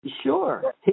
Sure